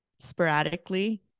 sporadically